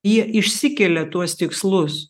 jie išsikelia tuos tikslus